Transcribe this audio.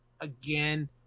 again